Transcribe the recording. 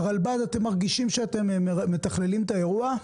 הרלב"ד, אתם מרגישים שאתם מתכללים את האירוע?